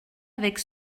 avec